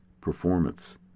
performance